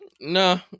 No